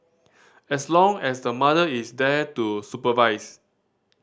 as long as the mother is there to supervise